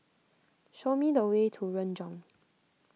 show me the way to Renjong